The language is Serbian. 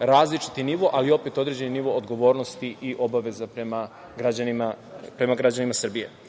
različiti nivo, ali opet određeni nivo odgovornosti i obaveza prema građanima Srbije. Kada